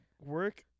Work